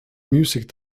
music